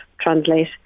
translate